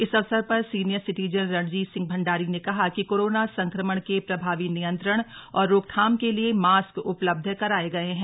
इस अवसर पर सीनियर सिटीजन रणजीत सिंह भण्डारी ने कहा कि कोरोना संक्रमण के प्रभावी नियंत्रण और रोकथाम के लिए मास्क उपलब्ध कराये गए हैं